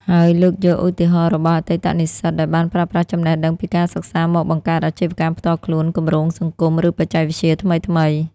ហើយលើកយកឧទាហរណ៍របស់អតីតនិស្សិតដែលបានប្រើប្រាស់ចំណេះដឹងពីការសិក្សាមកបង្កើតអាជីវកម្មផ្ទាល់ខ្លួន គម្រោងសង្គម ឬបច្ចេកវិទ្យាថ្មីៗ។